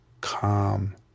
calm